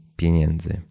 pieniędzy